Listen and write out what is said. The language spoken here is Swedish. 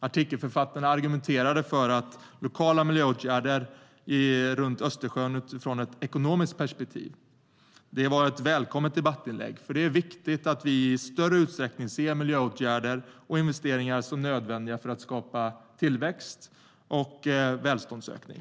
Artikelförfattarna argumenterade för lokala miljöåtgärder i Östersjön utifrån ett ekonomiskt perspektiv. Det var ett välkommet debattinlägg, för det är viktigt att vi i större utsträckning ser miljöåtgärder och investeringar som nödvändiga för att skapa tillväxt och välståndsökning.